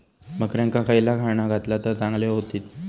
बकऱ्यांका खयला खाणा घातला तर चांगल्यो व्हतील?